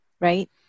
right